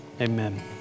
amen